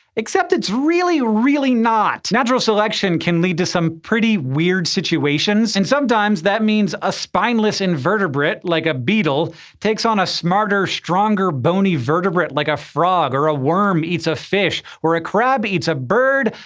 except it's really, really not. natural selection can lead to some pretty weird situations. and sometimes, that means a spineless invertebrate like a beetle takes on a smarter, stronger, bony vertebrate, like a frog. or a worm eats a fish, or a crab eats a bird,